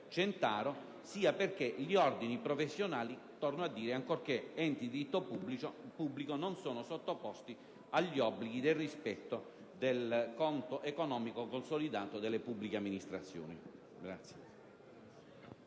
sia perché gli ordini professionali, torno a dire, ancorché enti di diritto pubblico, non sono sottoposti agli obblighi del rispetto del conto economico consolidato delle pubbliche amministrazioni.